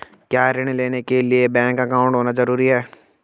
क्या ऋण लेने के लिए बैंक अकाउंट होना ज़रूरी है?